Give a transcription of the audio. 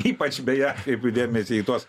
ypač beje kreipiu dėmesį į tuos